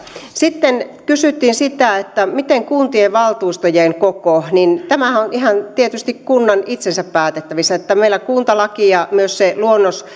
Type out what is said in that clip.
sitten kysyttiin sitä miten on kuntien valtuustojen koko tämähän on ihan tietysti kunnan itsensä päätettävissä meillä kuntalaki ja myös se luonnos